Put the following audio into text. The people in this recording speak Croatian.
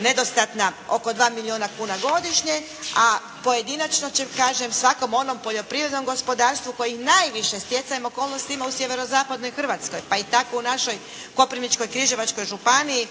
nedostatna, oko 2 milijuna kuna godišnje, a pojedinačno će kažem svakom onom poljoprivrednom gospodarstvu kojih najviše stjecajem okolnosti ima u sjeverozapadnoj Hrvatskoj, pa i tako u našoj Koprivničkoj, Križevačkoj županiji,